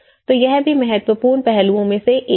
तो यह भी महत्वपूर्ण पहलुओं में से एक है